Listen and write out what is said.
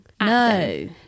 no